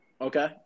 Okay